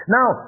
Now